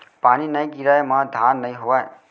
पानी नइ गिरय म धान नइ होवय